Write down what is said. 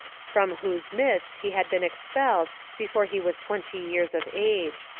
from whose midst he had been expelled before he was twenty years of age.